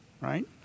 right